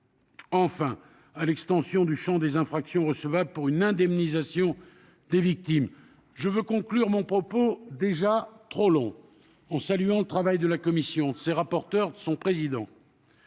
enfin à l'extension du champ des infractions recevables pour une indemnisation des victimes. Pour conclure mon propos déjà trop long, je tiens à saluer le travail de la commission, de ses rapporteures et de son président.